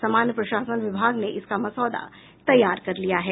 सामान्य प्रशासन विभाग ने इसका मसौदा तैयार कर लिया है